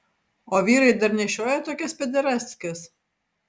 o vyrai dar nešioja tokias pederastkes